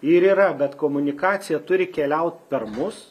ir yra bet komunikacija turi keliaut per mus